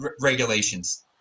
regulations